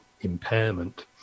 impairment